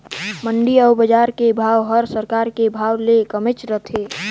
मंडी अउ बजार के भाव हर सरकार के भाव ले कमेच रथे